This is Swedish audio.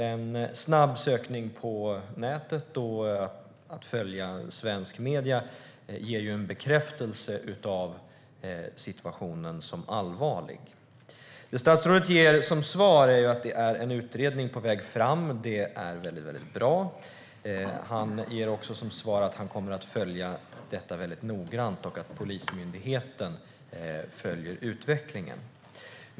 En snabb sökning på nätet och i svenska medier ger en bekräftelse av situationen som allvarlig. Det statsrådet ger som svar är att en utredning är på väg fram. Det är bra. Han ger också som svar att han kommer att följa detta noggrant och att Polismyndigheten följer utvecklingen.